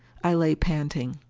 i lay panting.